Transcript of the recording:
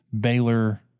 Baylor